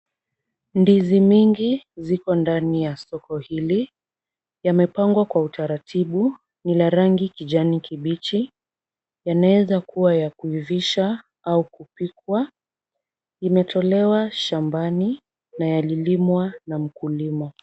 Ndizi mingi ziko ndani ya soko hili. Yamepangwa kwa utaratibu. Ni la rangi kijani kibichi. Yanaweza kuwa ya kuivisha au kupikwa. Imetolewa shambani na yalilimwa na mkulima.